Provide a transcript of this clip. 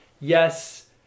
yes